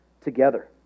together